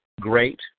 great